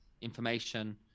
information